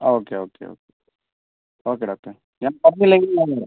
okay okay okay okay doctor ഞാൻ കുറഞ്ഞില്ലെങ്കിൽ ഞാൻ വരാം